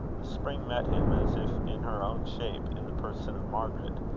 the spring met him, as if in her own shape, in the person of margaret,